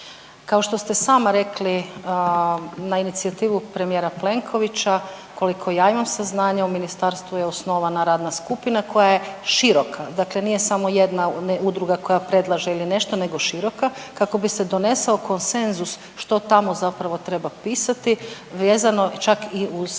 Kao što ste sama rekli na inicijativu premijera Plenkovića koliko ja imam saznanja u ministarstvu je osnovana radna skupina koja je široka, dakle nije samo jedna udruga koja predlaže ili nešto, nego široka kako bi se donesao konsenzus što tamo zapravo treba pisati vezano čak i uz